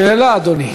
שאלה, אדוני.